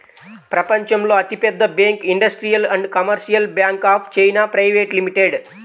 ప్రపంచంలో అతిపెద్ద bank industrial and commercial bank of China private limited